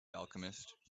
alchemist